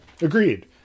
Agreed